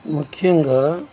ముఖ్యంగా